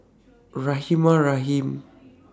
Rahimah Rahim